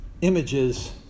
images